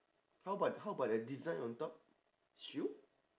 how about how about the design on top shoe